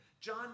John